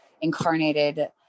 incarnated